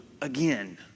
again